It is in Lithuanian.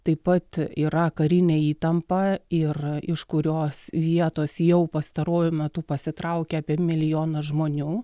taip pat yra karinė įtampa ir iš kurios vietos jau pastaruoju metu pasitraukė apie milijoną žmonių